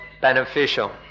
beneficial